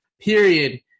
period